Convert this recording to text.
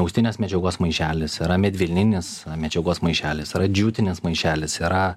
austinės medžiagos maišelis yra medvilninis medžiagos maišelis yra džiutinis maišelis yra